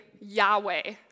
Yahweh